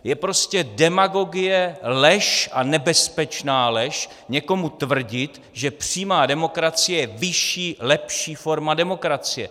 Je prostě demagogie, lež a nebezpečná lež někomu tvrdit, že přímá demokracie je vyšší, lepší forma demokracie.